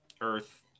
earth